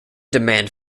demand